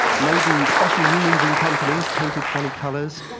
maybe special rooms in companies painted funny colors,